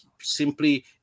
simply